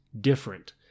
different